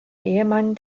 ehemann